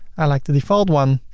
i like the default one.